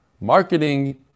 marketing